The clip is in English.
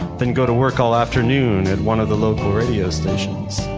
then go to work all afternoon at one of the local radio stations.